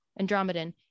Andromedan